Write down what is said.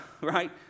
right